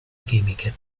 chimiche